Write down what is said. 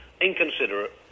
inconsiderate